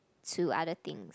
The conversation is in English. to other things